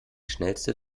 schnellste